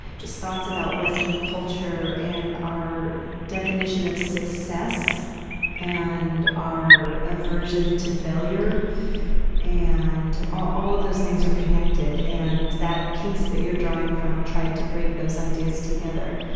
just, thoughts about western culture and our definition of success and our aversion to failure and all of those things are connected and that piece that you're drawing from tried to bring those ideas together.